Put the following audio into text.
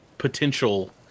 potential